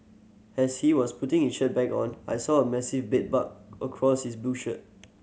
as he was putting his shirt back on I saw a massive bed bug across his blue shirt